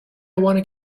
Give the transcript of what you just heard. want